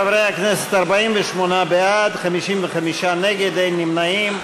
חברי הכנסת, 48 בעד, 55 נגד, אין נמנעים.